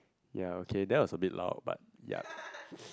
ya okay there was a bit loud but ya